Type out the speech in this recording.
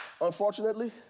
Unfortunately